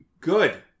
good